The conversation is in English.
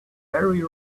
very